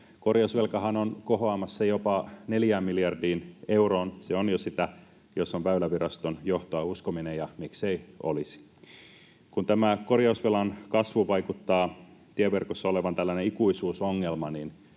Korjausvelkahan on kohoamassa jopa neljään miljardiin euroon — se on jo sitä, jos on Väyläviraston johtoa uskominen, ja miksei olisi. Kun tämä korjausvelan kasvu vaikuttaa tieverkossa olevan tällainen ikuisuusongelma,